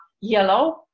yellow